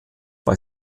bei